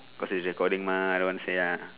because it's recording mah I don't want say ah